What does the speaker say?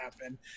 happen